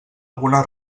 alguna